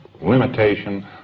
limitation